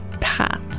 path